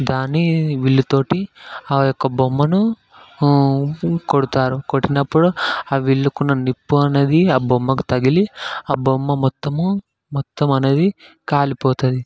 దాన్ని విల్లుతోటి ఆ యొక్క బొమ్మను కొడతారు కొట్టినప్పుడు ఆ విల్లుకున్న నిప్పు అనేది ఆ బొమ్మకు తగిలి ఆ బొమ్మ మొత్తము మొత్తం అనేది కాలిపోతుంది